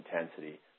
intensity